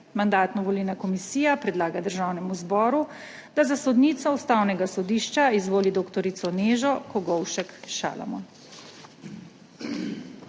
Mandatno-volilna komisija predlaga Državnemu zboru, da za sodnico Ustavnega sodišča izvoli dr. Nežo Kogovšek Šalamon.